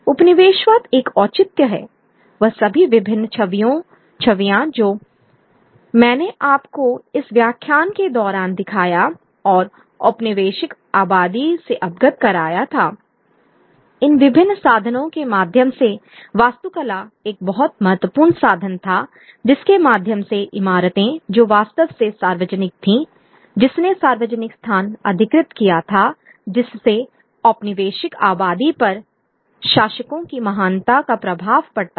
उपनिवेशवाद एक औचित्य है वह सभी विभिन्न छवियां जो मैंने आपको इस व्याख्यान के दौरान दिखाया और औपनिवेशिक आबादी से अवगत कराया था इन विभिन्न साधनों के माध्यम से वास्तुकला एक बहुत महत्वपूर्ण साधन था जिसके माध्यम से इमारतें जो स्वभाव से सार्वजनिक थीं जिसने सार्वजनिक स्थान अधिकृत किया था इससे औपनिवेशिक आबादी पर शासकों की महानता का प्रभाव पड़ता था